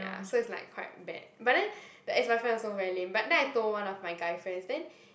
ya so it's like quite bad but then the ex boyfriend also very lame but then I told one of my guy friends then